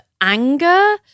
anger